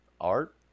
Art